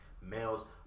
Males